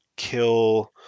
kill